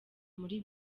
muri